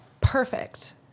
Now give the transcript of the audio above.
perfect